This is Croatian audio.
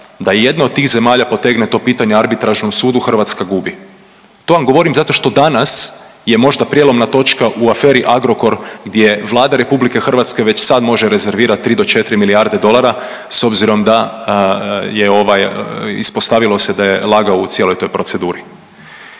da jedno od tih zemalja potegne to pitanje arbitražnom sudu, Hrvatska gubi. To vam govorim zato što danas je možda prijelomna točka u aferi Agrokor gdje Vlada RH već sad može rezervirati 3-4 milijarde dolara s obzirom da je ovaj, ispostavilo se da je lagao u cijeloj toj proceduri.